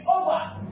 over